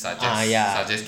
ah ya